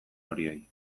horiei